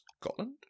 Scotland